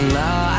now